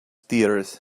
theatres